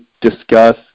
discuss